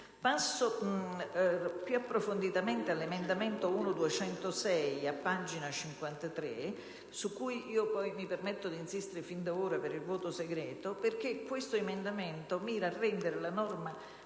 Passo più approfonditamente all'emendamento 1.206, su cui mi permetto di insistere fin da ora per il voto segreto. Questo emendamento mira a rendere la norma